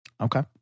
Okay